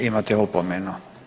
Imate opomenu.